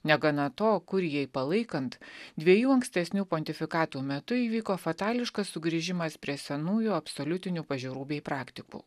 negana to kurijai palaikant dviejų ankstesnių pontifikatų metu įvyko fatališkas sugrįžimas prie senųjų absoliutinių pažiūrų bei praktikų